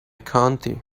county